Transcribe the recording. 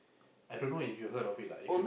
I don't know if you heard of it lah